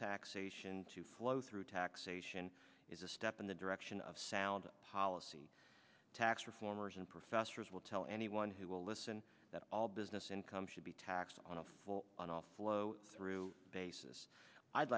taxation to flow through taxation is a step in the direction of sound policy tax reformers and professors will tell anyone who will listen that all business income should be taxed on a full on all flow through basis i'd